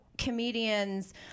Comedians